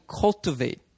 cultivate